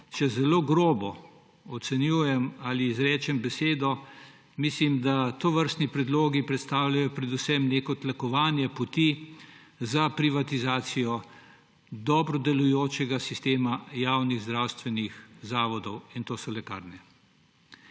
Če zelo grobo ocenjujem ali izrečem besede, mislim, da tovrstni predlogi predstavljajo predvsem tlakovanje poti za privatizacijo dobro delujočega sistema javnih zdravstvenih zavodov, in to so lekarne.